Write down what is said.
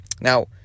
Now